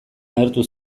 agertu